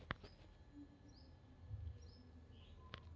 ಬ್ಯಾಸಗಿ ಕಾಲದಾಗ ಯಾವ ಬೆಳಿ ಹಾಕಿದ್ರ ಛಲೋ ಬೆಳಿತೇತಿ?